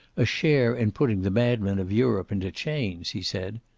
a share in putting the madmen of europe into chains, he said.